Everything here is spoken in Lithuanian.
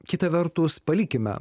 kita vertus palikime